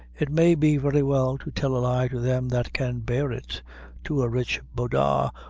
it may be very well to tell a lie to them that can bear it to a rich bodagh,